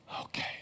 Okay